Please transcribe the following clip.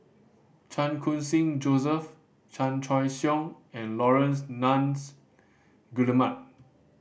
Chan Khun Sing Joseph Chan Choy Siong and Laurence Nunns Guillemard